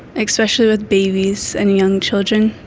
especially with babies and young children.